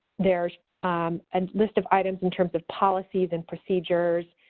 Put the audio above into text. there's a list of items in terms of policies and procedures,